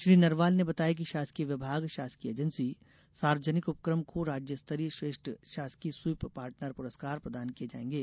श्री नरवाल ने बताया कि शासकीय विभाग शासकीय एजेंसी सार्वजनिक उपक्रम को राज्य स्तरीय श्रेष्ठ शासकीय स्वीप पार्टनर पुरस्कार प्रदान किये जाएंगे